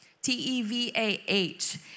T-E-V-A-H